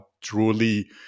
truly